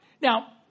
Now